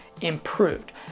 improved